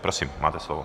Prosím, máte slovo.